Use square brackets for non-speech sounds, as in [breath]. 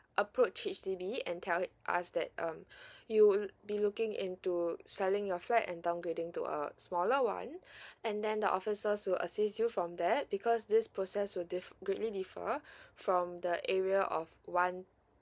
approach H_D_B and telling ask that um [breath] you would be looking into selling your flat and downgrading to a smaller one [breath] and then the officers should assist you from there because this process will diff~ greatly differ from the area of one